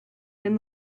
and